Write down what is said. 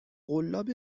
قلاب